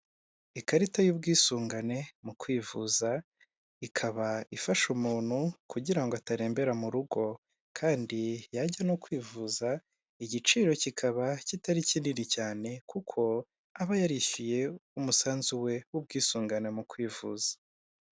Ikarita y'ubwisungane mu kwivuza, ikaba ifasha umuntu kugira ngo atarembera mu rugo kandi yajya no kwivuza igiciro kikaba kitari kinini cyane kuko aba yarishyuye umusanzu we w'ubwisungane mu kwivuza.